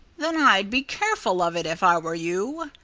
then i'd be careful of it if i were you,